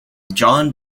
jon